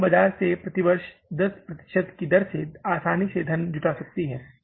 firm बाजार से प्रति वर्ष 10 प्रतिशत की दर से आसानी से धन जुटा सकती है